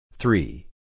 Three